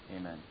Amen